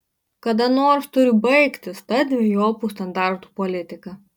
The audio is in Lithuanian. kada nors turi baigtis ta dvejopų standartų politika